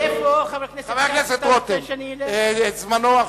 אתה רוצה שוויון זכויות,